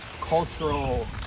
cultural